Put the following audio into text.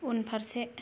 उनफारसे